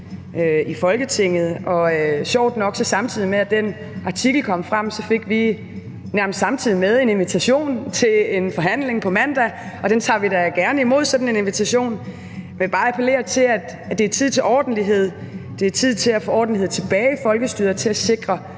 i Folketinget, og sjovt nok fik vi, samtidig med at den artikel kom frem – nærmest samtidig med det – en invitation til en forhandling på mandag. Og vi tager da gerne imod sådan en invitation, men jeg vil bare appellere til, at det er tid til ordentlighed. Det er tid til at få ordentlighed tilbage i folkestyret og til at sikre